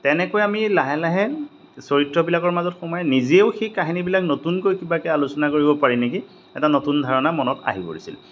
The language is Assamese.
তেনেকৈ আমি লাহে লাহে চৰিত্ৰবিলাকৰ মাজত সোমাই নিজেও সেই কাহিনীবিলাক নতুনকৈ কিবাকে আলোচনা কৰিব পাৰি নেকি এটা নতুন ধাৰণা মনত আহি পৰিছিল